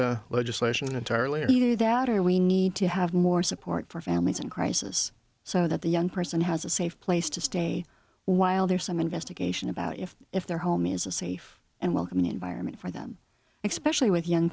accept legislation entirely either that or we need to have more support for families in crisis so that the young person has a safe place to stay while there's some investigation about if if their home is a safe and welcoming environment for them expression with young